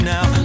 Now